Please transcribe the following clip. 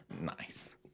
nice